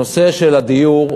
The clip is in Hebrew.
הנושא של הדיור,